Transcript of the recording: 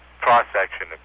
cross-section